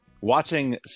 watching